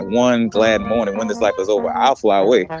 one glad morning, when this life is over, i'll fly away.